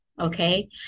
okay